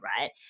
right